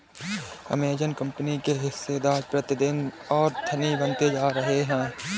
Amazon कंपनी के हिस्सेदार प्रतिदिन और धनी बनते जा रहे हैं